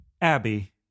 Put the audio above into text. Abby